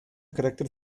carácter